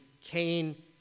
Cain